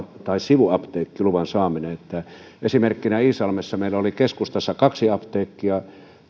tai sivuapteekkiluvan saaminen on esimerkki iisalmesta meillä oli keskustassa kaksi apteekkia